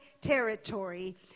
territory